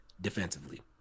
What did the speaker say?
defensively